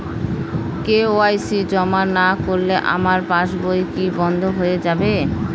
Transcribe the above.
KYC জমা না করলে আমার পাসবই কি বন্ধ হয়ে যাবে?